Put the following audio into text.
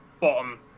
bottom